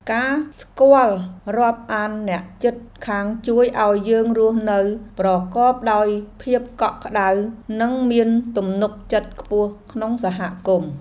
ការស្គាល់រាប់អានអ្នកជិតខាងជួយឱ្យយើងរស់នៅប្រកបដោយភាពកក់ក្តៅ និងមានទំនុកចិត្តខ្ពស់ក្នុងសហគមន៍។